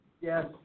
Yes